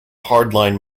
hardline